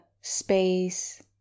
space